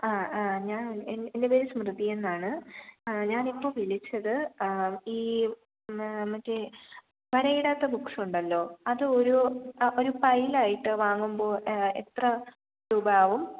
ആ ആ ഞാൻ എൻ എൻ്റെ പേര് സ്മൃതി എന്നാണ് ഞാനിപ്പോൾ വിളിച്ചത് ഈ മ മറ്റേ വര ഇടാത്ത ബുക്സ് ഉണ്ടല്ലോ അത് ഒരു ഒരു പൈൽ ആയിട്ട് വാങ്ങുമ്പോൾ എത്ര രൂപയാവും